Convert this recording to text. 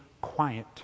quiet